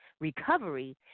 recovery